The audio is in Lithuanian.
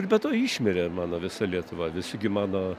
ir be to išmirė mano visa lietuva visi gi mano